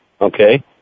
okay